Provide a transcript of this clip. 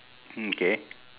mm K